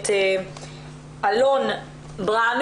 מה היא תקופה השהות של נערים ונערות אצלכם?